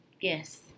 Yes